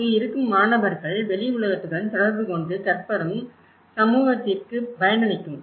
அங்கு இருக்கும் மாணவர்கள் வெளி உலகத்துடன் தொடர்புகொண்டு கற்பது சமூகத்திற்கும் பயனளிக்கும்